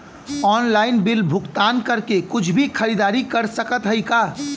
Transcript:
Online bill भुगतान करके कुछ भी खरीदारी कर सकत हई का?